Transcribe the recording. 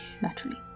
Naturally